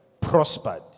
prospered